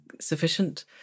sufficient